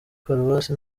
paruwasi